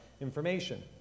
information